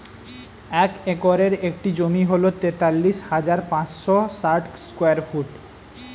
এক একরের একটি জমি হল তেতাল্লিশ হাজার পাঁচশ ষাট স্কয়ার ফিট